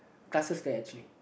castles there actually